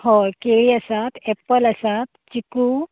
हय केळीं आसा एप्पल आसा चिकू